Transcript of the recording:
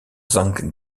zhang